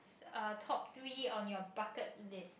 top three on your bucket list